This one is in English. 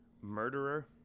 murderer